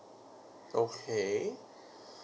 okay